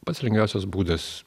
pats lengviausias būdas